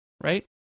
Right